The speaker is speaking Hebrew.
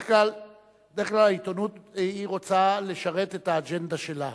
בדרך כלל העיתונות רוצה לשרת את האג'נדה שלה.